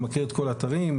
מכיר את כל האתרים.